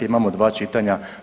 Imamo dva čitanja.